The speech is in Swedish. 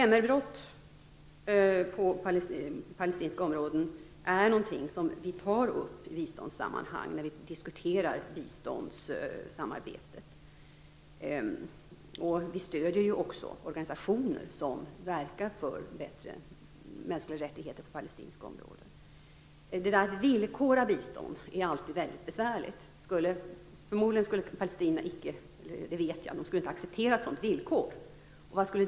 MR-brott på palestinska områden är något som vi tar upp när vi diskuterar biståndssamarbetet. Vi stöder ju också organisationer som verkar för bättre mänskliga rättigheter på palestinska områden. Att villkora bistånd är alltid väldigt besvärligt. Palestinierna skulle inte acceptera ett sådant villkor. Vad skulle det då leda till?